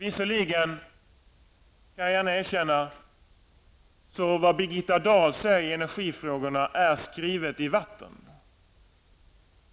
Visserligen kan jag gärna erkänna att vad Birgitta Dahl säger i energifrågorna är skrivet i vatten.